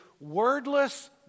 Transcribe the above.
wordless